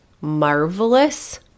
marvelous